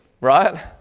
right